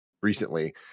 recently